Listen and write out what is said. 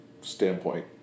standpoint